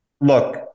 look